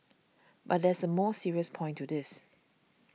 but there is a more serious point to this